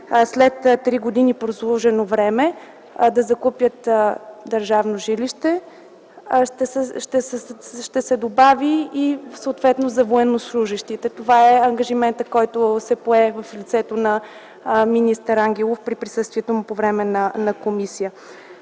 след три години прослужено време да закупят държавно жилище, ще се добави съответно и за военнослужещите. Това е ангажимента, който се пое в лицето на министър Ангелов при присъствието му по време на